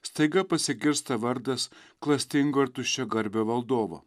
staiga pasigirsta vardas klastingo ir tuščiagarbio valdovo